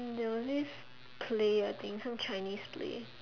there was this play I think some Chinese play